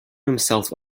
himself